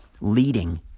leading